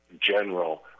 general